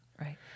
Right